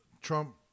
Trump